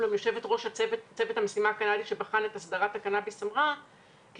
אולם יושבת-ראש הצוות המשימה הקנדי שבחן את הסדרת הקנאביס אמרה כי